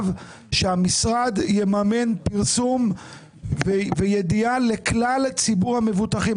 שהמשרד יממן פרסום וידיעה לכלל הציבור המבוטחים,